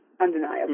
undeniable